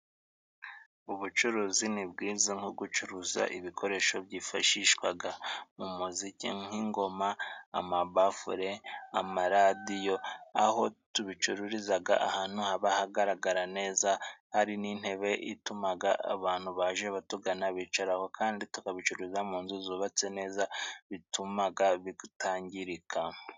Ubucuruzi ni bwiza nko gucuruza ibikoresho byifashishwa mu muziki nk'ingoma, amabafule, amaradiyo ,aho tubicururiza ahantu haba hagaragara neza hari n'intebe ituma abantu baje batugana bicaraho, kandi tukabicururiza mu nzu zubatse neza bituma bitangirika.